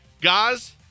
Guys